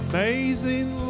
Amazing